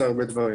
נכבד.